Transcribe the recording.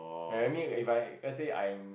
err I mean if I let's say I am